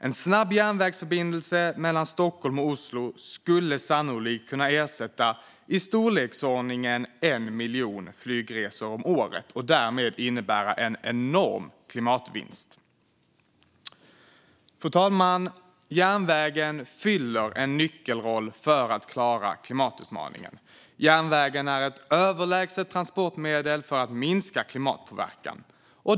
En snabb järnvägsförbindelse mellan Stockholm och Oslo skulle sannolikt kunna ersätta i storleksordningen 1 miljon flygresor om året och därmed innebära en enorm klimatvinst. Fru talman! Järnvägen har en nyckelroll i arbetet med att klara klimatutmaningen. Järnvägen är ett överlägset transportmedel för att minska klimatpåverkan.